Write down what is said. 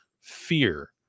fear